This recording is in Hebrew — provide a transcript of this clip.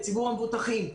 לציבור המבוטחים.